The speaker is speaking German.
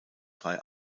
drei